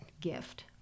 gift